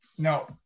No